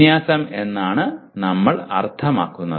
വിന്യാസം എന്നാണ് ഞങ്ങൾ അർത്ഥമാക്കുന്നത്